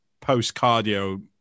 post-cardio